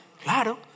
Claro